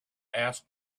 ask